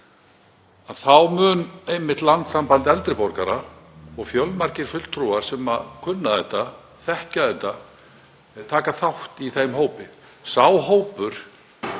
ferli. Landssamband eldri borgara og fjölmargir fulltrúar sem kunna þetta, þekkja þetta, munu taka þátt í þeim hópi. Sá hópur